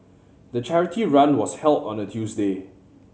the charity run was held on a Tuesday